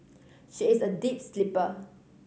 she is a deep sleeper